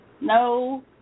no